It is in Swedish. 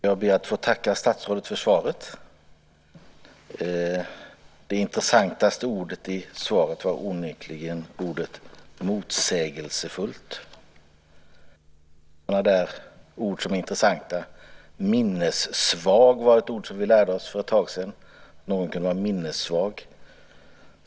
Fru talman! Jag ber att få tacka statsrådet för svaret. Det intressantaste ordet i svaret var onekligen ordet motsägelsefullt. Minnessvag var ett ord som vi lärde oss för ett tag sedan.